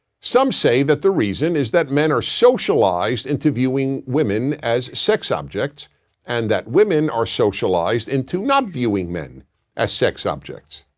some say that the reason is that men are socialized into viewing women as sex objects and that women are socialized into not viewing men as sex objects.